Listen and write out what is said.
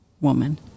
woman